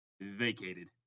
vacated